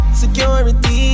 security